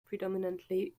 predominately